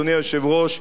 אדוני היושב-ראש,